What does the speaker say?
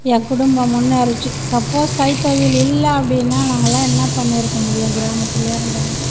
என் குடும்பம் முன்னேறிச்சு சப்போஸ் கைத்தொழில் இல்லை அப்படின்னா நாங்கல்லாம் என்ன பண்ணிருக்க முடியும் கிராமத்துலையே இருந்துருந்தால்